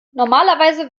normalerweise